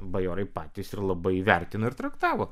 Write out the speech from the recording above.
bajorai patys ir labai vertino ir traktavo